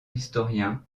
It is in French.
historien